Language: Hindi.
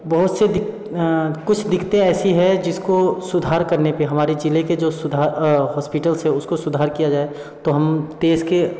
बहुत से कुछ दिक्कतें ऐसी है जिसको सुधार करने पे हमारे जिले के जो सुधार हॉस्पिटल्स है उसको सुधार किया जाए तो हम देश के